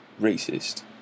racist